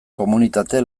komunitate